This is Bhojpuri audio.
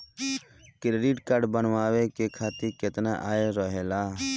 क्रेडिट कार्ड बनवाए के खातिर केतना आय रहेला?